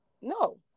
no